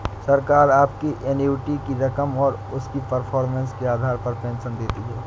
सरकार आपकी एन्युटी की रकम और उसकी परफॉर्मेंस के आधार पर पेंशन देती है